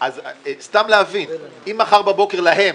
אז סתם להבין: אם מחר בבוקר להם,